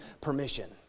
permission